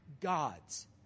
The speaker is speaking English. gods